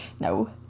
No